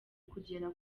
kugera